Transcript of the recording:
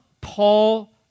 Paul